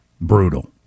brutal